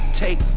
take